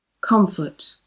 comfort